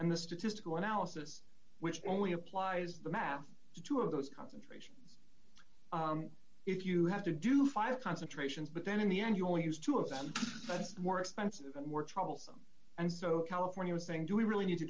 and the statistical analysis which only applies the math to two of those concentrate if you have to do five concentrations but then in the end you only use two of them that's more expensive and more troublesome and so california saying do we really need to